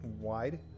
wide